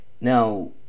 now